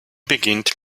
beginnt